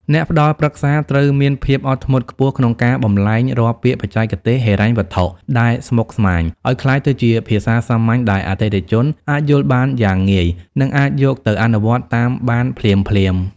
អ្នកផ្ដល់ប្រឹក្សាត្រូវមានភាពអត់ធ្មត់ខ្ពស់ក្នុងការបម្លែងរាល់ពាក្យបច្ចេកទេសហិរញ្ញវត្ថុដែលស្មុគស្មាញ ឱ្យក្លាយទៅជាភាសាសាមញ្ញដែលអតិថិជនអាចយល់បានយ៉ាងងាយ និងអាចយកទៅអនុវត្តតាមបានភ្លាមៗ។